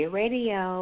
radio